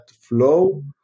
flow